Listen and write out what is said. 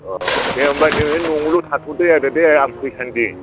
अ दे होमब्ला नोङो न'आव थाथ' दे आदा दे आं फैसान्दि